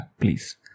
please